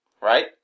Right